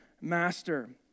master